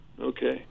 Okay